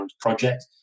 project